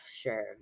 Sure